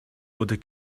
oder